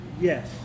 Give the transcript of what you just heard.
yes